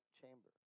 chamber